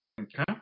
Okay